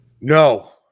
No